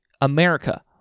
America